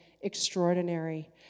extraordinary